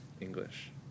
English